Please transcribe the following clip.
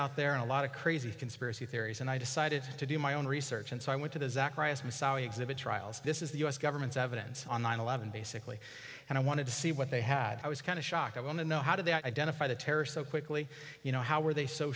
out there a lot of crazy conspiracy theories and i decided to do my own research and so i went to the zacharias moussaoui trials this is the u s government's evidence on nine eleven basically and i wanted to see what they had i was kind of shocked i want to know how did they identify the terrorist so quickly you know how were they so